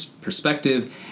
perspective